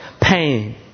pain